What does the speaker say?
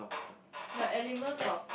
like elements of